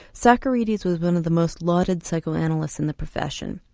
socarides was one of the most lauded psychoanalysts in the profession,